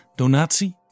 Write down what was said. donatie